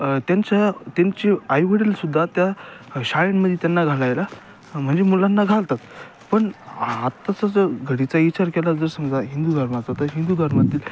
त्यांच्या त्यांची आईवडीलसुद्धा त्या शाळेमध्ये त्यांना घालायला म्हणजे मुलांना घालतात पण आत्ताचा जो घडीचा विचार केला जर समजा हिंदू धर्माचं तर हिंदू धर्मातील